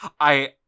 I-